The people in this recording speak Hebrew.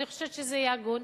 אני חושבת שזה יהיה הגון,